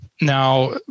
now